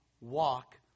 Walk